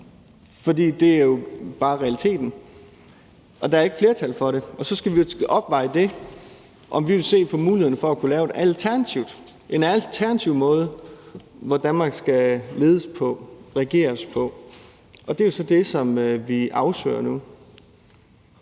for det er jo bare realiteten. Og når der ikke er flertal for det, så skal vi jo opveje det mod mulighederne for at kunne lave en alternativ måde, Danmark skal ledes på, regeres på, og det er jo så det, som vi afsøger nu.